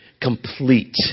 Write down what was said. complete